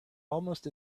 almost